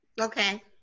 Okay